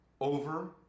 over